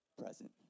Present